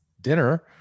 dinner